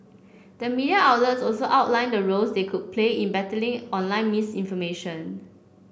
the media outlets also outlined the roles they could play in battling online misinformation